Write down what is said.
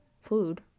food